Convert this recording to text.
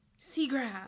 Seagrass